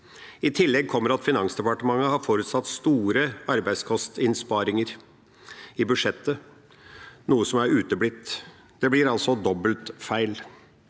I tillegg kommer at Finansdepartementet har forutsatt store arbeidskostinnsparinger i budsjettet, noe som er uteblitt. Det blir altså dobbelt feil.